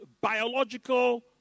biological